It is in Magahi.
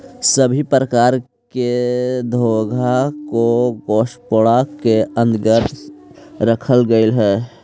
सभी प्रकार के घोंघा को गैस्ट्रोपोडा के अन्तर्गत रखल गेलई हे